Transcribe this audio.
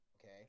Okay